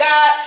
God